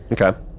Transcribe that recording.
okay